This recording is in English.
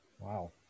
Wow